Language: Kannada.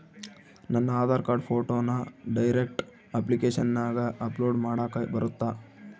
ನನ್ನ ಆಧಾರ್ ಕಾರ್ಡ್ ಫೋಟೋನ ಡೈರೆಕ್ಟ್ ಅಪ್ಲಿಕೇಶನಗ ಅಪ್ಲೋಡ್ ಮಾಡಾಕ ಬರುತ್ತಾ?